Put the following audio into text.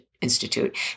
Institute